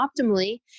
optimally